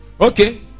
Okay